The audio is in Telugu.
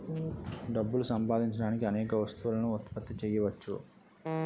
డబ్బులు సంపాదించడానికి అనేక వస్తువులను ఉత్పత్తి చేయవచ్చు